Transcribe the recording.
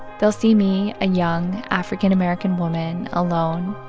they'll see me, a young african-american woman, alone.